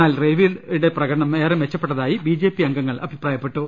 എന്നാൽ റെയിൽവെയുടെ പ്രകടനം ഏറെ മെച്ചപ്പെട്ടതായി ബിജെപി അംഗ ങ്ങൾ അഭിപ്രായപ്പെട്ടു